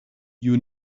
you